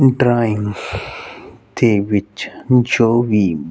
drawing ਦੇ ਵਿੱਚ ਜੋ ਵੀ